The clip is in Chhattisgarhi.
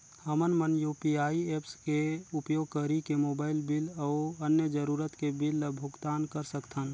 हमन मन यू.पी.आई ऐप्स के उपयोग करिके मोबाइल बिल अऊ अन्य जरूरत के बिल ल भुगतान कर सकथन